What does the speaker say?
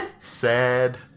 sad